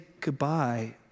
goodbye